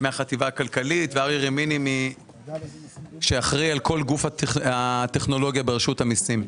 מהחטיבה הכלכלית ואריה רמיני שאחראי על כל גוף הטכנולוגיה ברשות המיסים.